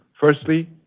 Firstly